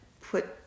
put